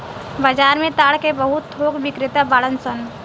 बाजार में ताड़ के बहुत थोक बिक्रेता बाड़न सन